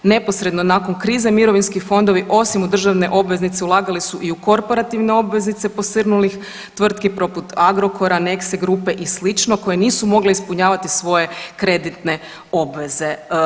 Neposredno nakon krize mirovinski fondovi osim u državne obveznice ulagali su i u korporativne obveznice posrnulih tvrtki poput Agrokora, Nexe grupe i slično koje nisu mogle ispunjavati svoje kreditne obveze.